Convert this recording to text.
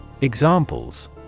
Examples